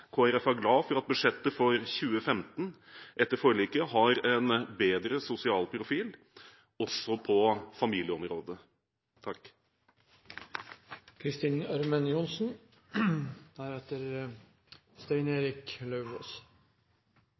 Folkeparti er glad for at budsjettet for 2015 etter forliket har en bedre sosial profil, også på familieområdet.